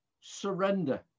surrender